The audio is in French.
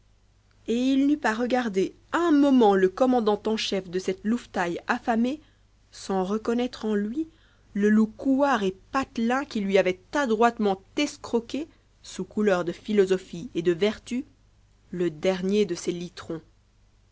et il n'eut pas regardé un moment le commandant en chef de cette louvetaille affamée ans reconnattre en lui un loup couard et patelin qui lui avait adroitement escroqué sous couleur de philosophie et de vertu le dernier de ses litrons